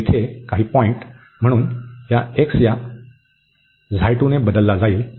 तर येथे काही बिंदू म्हणून हा एक्स या ξ2 ने बदलला जाईल